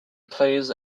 plays